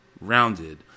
rounded